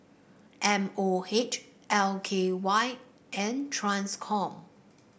M O H L K Y and Transcom